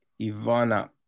Ivana